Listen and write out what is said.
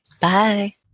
Bye